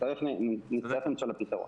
נצטרך למצוא פתרון.